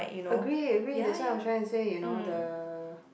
agree agree that's what I'm trying to say you know the